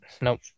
Nope